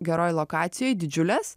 geroj lokacijoj didžiulės